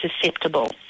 susceptible